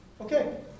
Okay